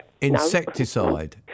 insecticide